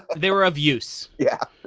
they were of use. yeah.